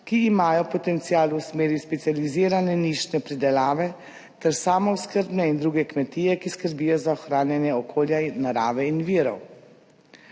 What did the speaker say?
ki imajo potencial v smeri specializirane nišne pridelave ter samooskrbne in druge kmetije, ki skrbijo za ohranjanje okolja in narave in virov.